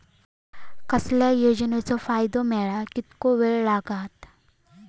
कसल्याय योजनेचो फायदो मेळाक कितको वेळ लागत?